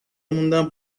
موندم